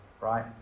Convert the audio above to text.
right